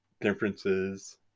differences